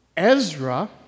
Ezra